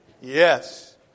Yes